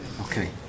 Okay